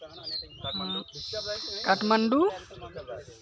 Kathmandu